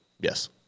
Yes